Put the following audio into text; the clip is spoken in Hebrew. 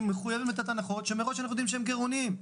מחויבים לתת הנחות כשמראש אנחנו יודעים שהם גירעוניים.